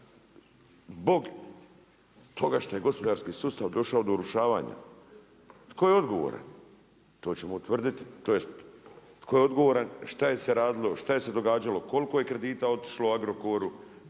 zbog toga što je gospodarski sustav došao do urušavanja. Tko je odgovoran? To ćemo utvrditi, tj. tko je odgovoran, šta je se radilo, šta je se događalo, koliko je kredita otišlo Agrokoru,